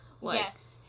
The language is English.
Yes